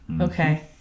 Okay